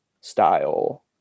style